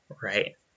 right